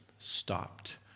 Stopped